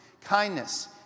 kindness